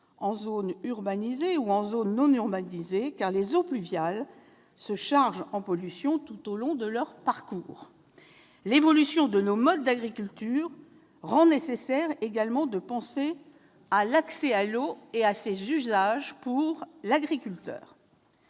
en zone urbanisée ou en zone non urbanisée, car les eaux pluviales se chargent en pollution tout au long de leur parcours. L'évolution de nos modes d'agriculture rend aussi nécessaire de repenser l'accès à l'eau et ses usages pour l'agriculteur.